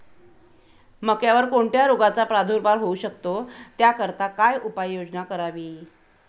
मक्यावर कोणत्या रोगाचा प्रादुर्भाव होऊ शकतो? त्याकरिता काय उपाययोजना करावी?